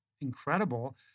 incredible